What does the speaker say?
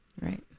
Right